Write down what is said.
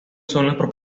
son